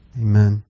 Amen